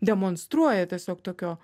demonstruoja tiesiog tokio